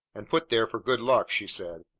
and put there for good luck, she said.